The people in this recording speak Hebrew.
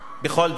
בכל דמוקרטיה.